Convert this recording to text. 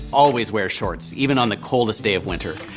always wears shorts even on the coldest day of winter.